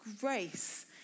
grace